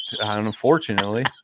Unfortunately